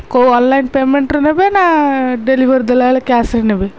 କେଉଁ ଅନ୍ଲାଇନ୍ ପେମେଣ୍ଟ୍ରୁ ନେବେ ନା ଡେଲିଭରି ଦେଲାବେଳେ କ୍ୟାସ୍ରେ ନେବେ